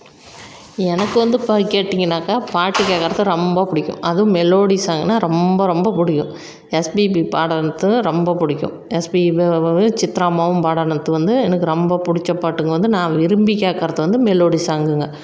எனக்கு வந்து இப்போ கேட்டீங்கனாக்க பாட்டுக் கேட்கறது ரொம்பப் பிடிக்கும் அதுவும் மெலோடி சாங்னால் ரொம்ப ரொம்பப் பிடிக்கும் எஸ்பிபி பாடினது ரொம்பப் பிடிக்கும் எஸ்பி சித்ராம்மாவும் பாடினது வந்து எனக்கு ரொம்பப் பிடிச்ச பாட்டு வந்து நான் விரும்பிக் கேட்கறது வந்து மெலோடி சாங்குங்க